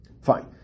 Fine